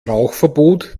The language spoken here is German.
rauchverbot